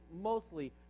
mostly